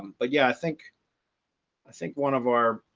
but yeah, i think i think one of our